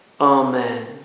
Amen